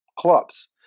clubs